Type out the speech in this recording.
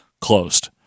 Closed